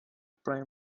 prime